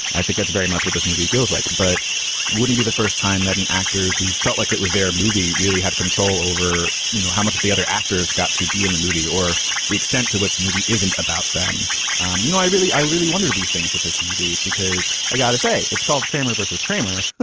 i think that's very much what this movie feels like. but wouldn't be the first time that an actor who felt like it was their movie really had control over, you know, how much of the other actors got to be in the movie or the extent to which the movie isn't about them um you know i really i really wonder these things with this movie, because i gotta say, it's called kramer versus kramer.